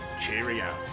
Cheerio